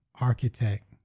architect